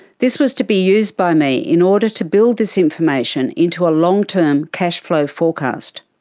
this was to be used by me in order to build this information into a long-term cash-flow forecast.